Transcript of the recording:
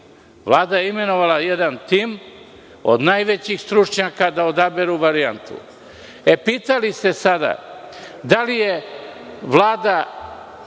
Vlada je imenovala jedan tim od najvećih stručnjaka da izaberu varijantu. Sada ste pitali da li je Vlada